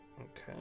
Okay